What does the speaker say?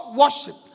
worship